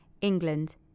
England